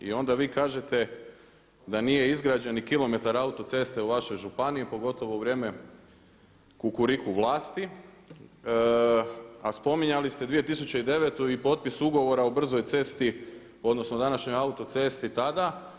I onda vi kažete da nije izgrađeni kilometar autoceste u vašoj županiji pogotovo u vrijeme kukuriku vlasti, a spominjali ste 2009. i potpis ugovora o brzoj cesti, odnosno današnjoj autocesti tada.